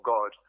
God